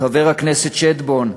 חבר הכנסת שטבון,